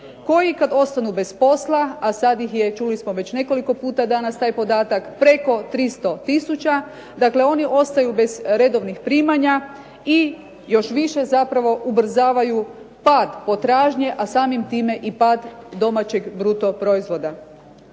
koji kada ostanu bez posla, a sada ih je čuli smo već nekoliko puta danas taj podatak preko 300 tisuća. Dakle, oni ostaju bez redovnih primanja i još više zapravo ubrzavaju pad potražnje, a samim time i pad domaćeg bruto proizvoda.